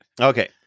Okay